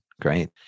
great